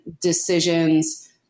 decisions